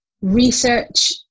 research